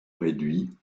réduit